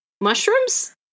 Mushrooms